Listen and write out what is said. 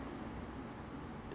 没有人要 work from home